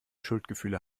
schuldgefühle